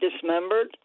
dismembered